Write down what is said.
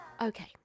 Okay